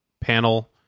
panel